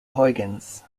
huygens